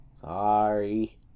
sorry